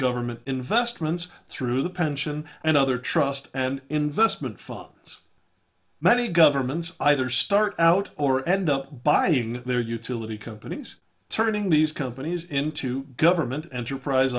government investments through the pension and other trust and investment funds many governments either start out or end up buying their utility companies turning these companies into government enterprise